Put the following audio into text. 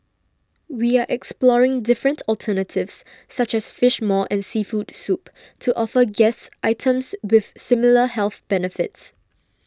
we are exploring different alternatives such as Fish Maw and seafood soup to offer guests items with similar health benefits